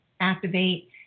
activate